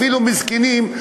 אפילו מזקנים,